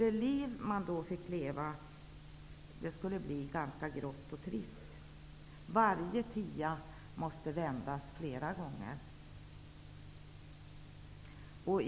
Det liv som man då fick leva skulle bli ganska grått och trist. Varje tia måste vändas flera gånger.